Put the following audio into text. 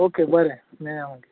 okay बरें मेळया मागीर